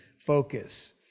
focus